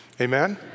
amen